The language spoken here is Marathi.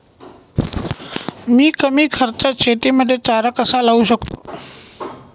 मी कमी खर्चात शेतीमध्ये चारा कसा लावू शकतो?